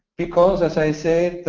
because, as i said,